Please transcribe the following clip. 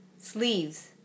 Sleeves